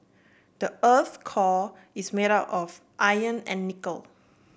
the earth's core is made of iron and nickel